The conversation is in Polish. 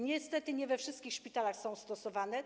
Niestety nie we wszystkich szpitalach są stosowane.